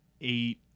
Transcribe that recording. eight